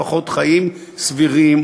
לפחות חיים סבירים,